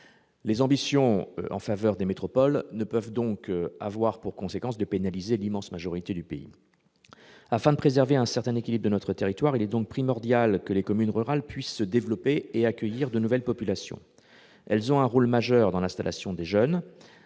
Les ambitions affirmées en faveur des métropoles ne peuvent avoir pour conséquence de pénaliser l'immense majorité du pays. Afin de préserver un certain équilibre de notre territoire, il est donc primordial que les communes rurales puissent se développer et accueillir de nouvelles populations. Elles jouent un rôle majeur dans l'installation des jeunes,